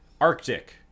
Arctic